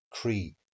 Cree